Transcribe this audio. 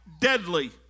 deadly